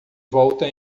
volta